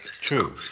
true